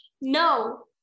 No